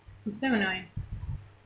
it's damn annoying